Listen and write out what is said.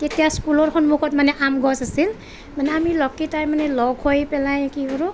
তেতিয়া স্কুলৰ সন্মুখত মানে আম গছ আছিল মানে আমি লগকেইটাই মানে লগ হৈ পেলাই কি কৰোঁ